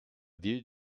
ville